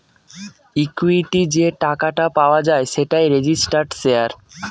equity যে টাকাটা পাওয়া যায় সেটাই রেজিস্টার্ড শেয়ার